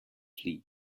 fleet